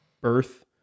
birth